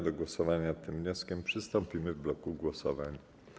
Do głosowania nad tym wnioskiem przystąpimy w bloku głosowań.